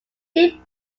devoid